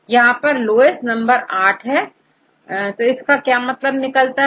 इसमैं 8 lowest है तो इससे क्या मतलब निकलता है